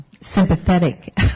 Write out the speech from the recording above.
sympathetic